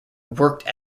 worked